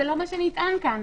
זה לא מה שנטען כאן.